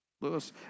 Lewis